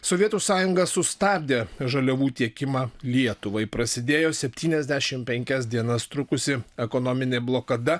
sovietų sąjunga sustabdė žaliavų tiekimą lietuvai prasidėjo septyniasdešimt penkias dienas trukusi ekonominė blokada